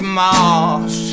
moss